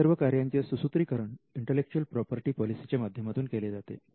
या सर्व कार्याचे सुसूत्रीकरण इंटलेक्चुअल प्रॉपर्टी पॉलिसीच्या माध्यमातून केले जाते